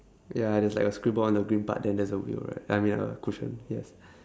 ya there's like a scribble on the green part then there's a wheel right I mean a cushion yes